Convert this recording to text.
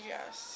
Yes